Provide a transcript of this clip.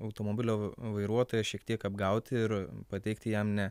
automobilio vairuotoją šiek tiek apgauti ir pateikti jam ne